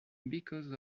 because